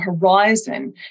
horizon